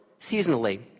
seasonally